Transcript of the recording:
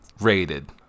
rated